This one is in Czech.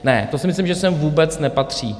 Ne, to si myslím, že sem vůbec nepatří.